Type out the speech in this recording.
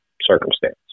circumstance